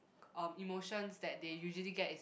um emotions that they usually get is